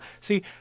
See